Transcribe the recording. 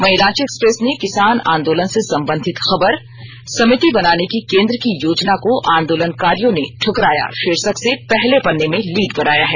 वहीं रांची एक्सप्रेस ने किसान आदोलन से संबंधित खबर समिति बनाने की केंद्र की योजना को आंदोलनकारियों ने दुकराया भाीर्शक से पहले पन्ने में लीड बनाया है